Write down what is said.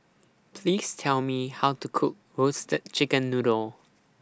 Please Tell Me How to Cook Roasted Chicken Noodle